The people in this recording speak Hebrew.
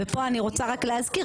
ופה אני רוצה רק להזכיר,